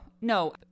no